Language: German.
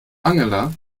angela